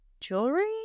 Jewelry